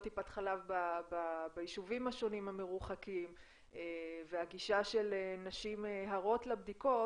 טיפת חלב ביישובים השונים המרוחקים והגישה של נשים הרות לבדיקות,